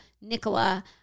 Nicola